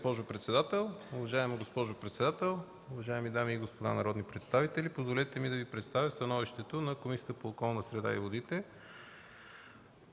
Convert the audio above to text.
госпожо председател. Уважаема госпожо председател, уважаеми дами и господа народни представители! Позволете ми да Ви представя становището на Комисията по околната среда и водите